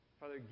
Father